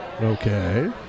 Okay